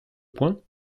point